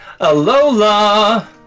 Alola